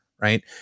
right